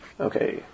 Okay